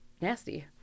nasty